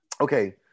okay